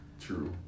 True